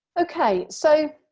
okay, so